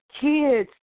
kids